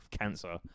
cancer